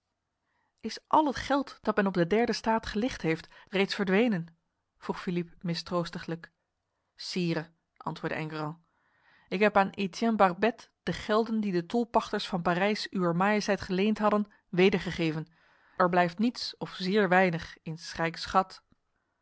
is al het geld dat men op de derde staat gelicht heeft reeds verdwenen vroeg philippe mistroostiglijk sire antwoordde enguerrand ik heb aan etienne barbette de gelden die de tolpachters van parijs uwer majesteit geleend hadden wedergegeven er blijft niets of zeer weinig in